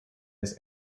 his